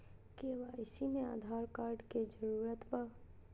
KYC में Aadhaar card के जरूरत बा?